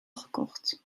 gekocht